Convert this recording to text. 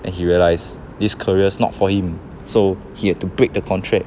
and he realised this career's not for him so he had to break the contract